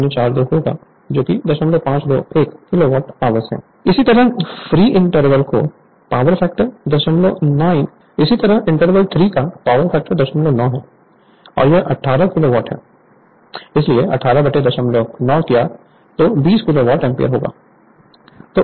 Refer Slide Time 3353 इसी तरह free interval का पावर फैक्टर 09 है और यह 18 किलोवाट है इसलिए 18 09 तो 20 किलोवॉट एम्पीयर होगा